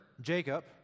Jacob